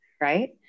right